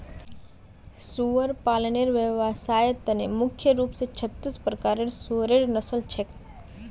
सुअर पालनेर व्यवसायर त न मुख्य रूप स छत्तीस प्रकारेर सुअरेर नस्ल छेक